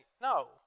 no